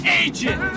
agent